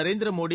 Narendra Modi